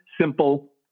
simple